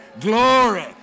Glory